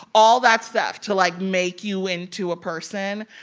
all that stuff to, like, make you into a person.